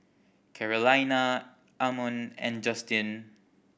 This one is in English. Carolina Ammon and Justyn